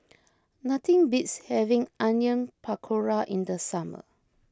nothing beats having Onion Pakora in the summer